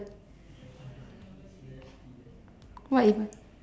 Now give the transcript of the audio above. what if